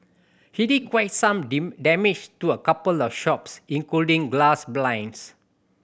he did quite some damage to a couple of shops including glass blinds